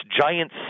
giant